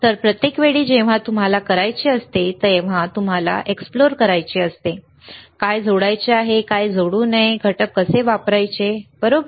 तर प्रत्येक वेळी जेव्हा तुम्हाला करायचे असते तेव्हा तुम्हाला एक्सप्लोर करायचे असते काय जोडायचे काय जोडू नये घटक कसे वापरायचे बरोबर